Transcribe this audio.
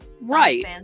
Right